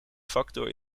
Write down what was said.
factor